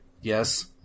Yes